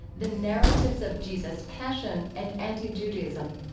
the narratives of jesus' passion and anti-judaism.